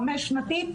חמש-שנתית.